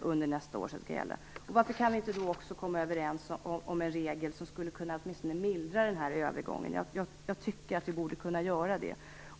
under nästa år. Varför kan vi inte också komma överens om en regel som åtminstone skulle kunna mildra den här övergången. Jag tycker att vi borde kunna göra det.